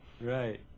Right